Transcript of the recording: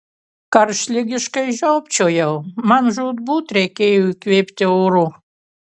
karštligiškai žiopčiojau man žūtbūt reikėjo įkvėpti oro